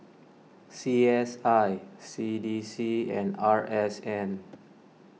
C S I C D C and R S N